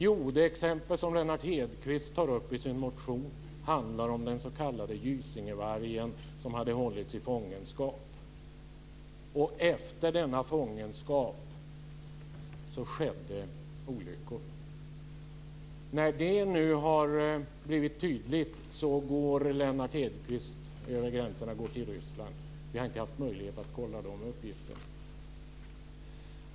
Jo, det exempel som Lennart Hedquist tar upp i sin motion handlar om den s.k. Gysingevargen, som hade hållits i fångenskap. Efter denna fångenskap skedde olyckor. När det nu har blivit tydligt går Lennart Hedquist över gränserna till Ryssland. Vi har inte haft möjlighet att kolla de uppgifterna.